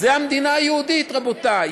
זו המדינה היהודית, רבותי.